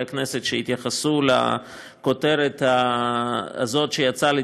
הכנסת שהתייחסו לכותרת הזאת שיצאה לתקשורת: